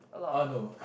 uh no